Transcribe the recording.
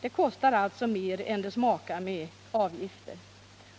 Det kostar alltså mer än det smakar med avgifter.